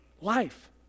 Life